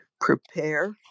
prepare